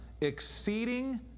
exceeding